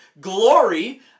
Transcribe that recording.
glory